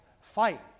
fight